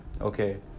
Okay